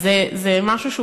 אז זה משהו שהוא